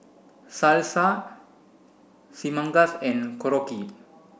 Salsa Chimichangas and Korokke